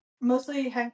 mostly